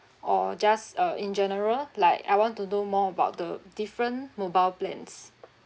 or just uh in general like I want to know more about the different mobile plans